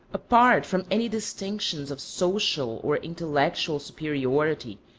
apart from any distinctions of social or intellectual superiority,